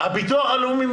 והביטוח הלאומי,